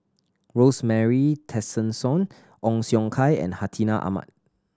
Rosemary Tessensohn Ong Siong Kai and Hartinah Ahmad